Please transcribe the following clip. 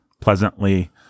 pleasantly